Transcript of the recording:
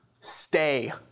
Stay